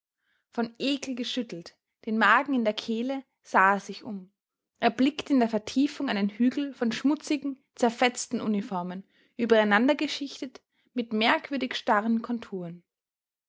von ekel geschüttelt den magen in der kehle sah er sich um erblickte in der vertiefung einen hügel von schmutzigen zerfetzten uniformen übereinander geschichtet mit merkwürdig starren kontouren